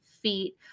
feet